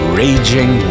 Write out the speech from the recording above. raging